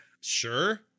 sure